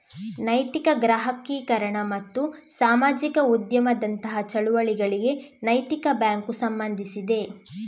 ನೈತಿಕ ಗ್ರಾಹಕೀಕರಣ ಮತ್ತು ಸಾಮಾಜಿಕ ಉದ್ಯಮದಂತಹ ಚಳುವಳಿಗಳಿಗೆ ನೈತಿಕ ಬ್ಯಾಂಕು ಸಂಬಂಧಿಸಿದೆ